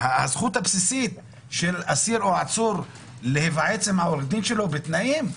והזכות הבסיסית של אסיר או עצור להיוועץ עם עורך הדין שלו בתנאים?